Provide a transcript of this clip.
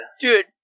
Dude